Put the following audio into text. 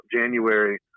January